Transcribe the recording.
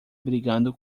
brigando